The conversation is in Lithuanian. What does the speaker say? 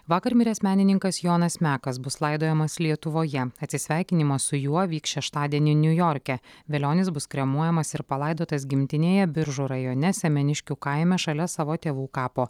vakar miręs menininkas jonas mekas bus laidojamas lietuvoje atsisveikinimas su juo vyks šeštadienį niujorke velionis bus kremuojamas ir palaidotas gimtinėje biržų rajone semeniškių kaime šalia savo tėvų kapo